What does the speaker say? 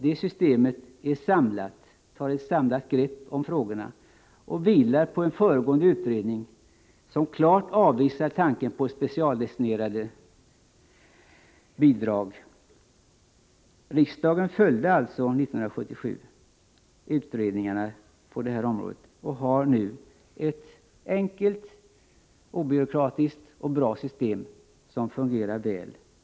Genom det systemet, som vilar på en utredning som klart avvisade tanken på specialdestinerade bidrag, tas ett samlat grepp om frågorna. Riksdagen följde alltså 1977 utredningen på detta område, och vi har nu ett enkelt, obyråkratiskt och bra system som fungerar väl.